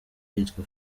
yitwa